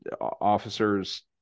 officers